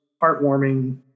heartwarming